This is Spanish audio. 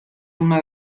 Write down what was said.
una